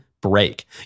break